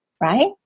right